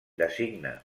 designa